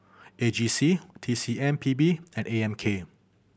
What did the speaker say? A G C T C M P B and A M K